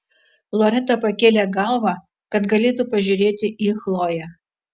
loreta pakėlė galvą kad galėtų pažiūrėti į chloję